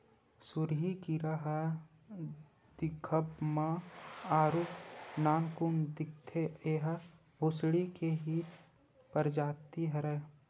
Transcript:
सुरही कीरा ह दिखब म आरुग नानकुन दिखथे, ऐहा भूसड़ी के ही परजाति हरय